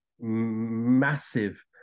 massive